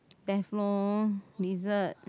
theft lor lizard